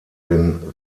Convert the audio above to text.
den